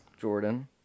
Jordan